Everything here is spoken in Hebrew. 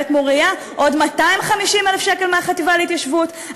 "בית מוריה" עוד 250,000 שקל מהחטיבה להתיישבות.